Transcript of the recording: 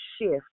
shift